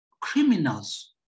criminals